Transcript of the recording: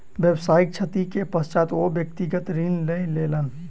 व्यावसायिक क्षति के पश्चात ओ व्यक्तिगत ऋण लय लेलैन